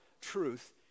truth